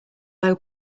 low